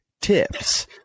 tips